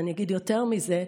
ואני אגיד יותר מזה,